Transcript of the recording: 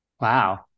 Wow